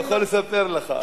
הוא יכול לספר לך.